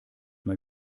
mal